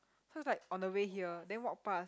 so is like on the way here then walk past